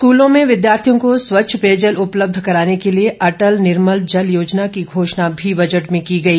स्कूलों में विद्यार्थियों को स्वच्छ पेयजल उपलब्ध कराने के लिए अटल निर्मल जल योजना की घोषणा भी बजट में की गई